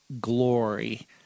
glory